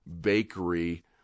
bakery